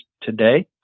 today